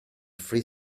free